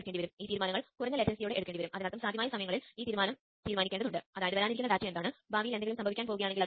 ഇവ മുൻവ്യവസ്ഥകളാണ്